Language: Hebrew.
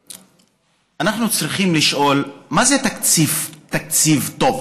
אנחנו צריכים לשאול מה זה תקציב טוב.